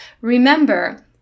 Remember